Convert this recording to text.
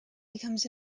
becomes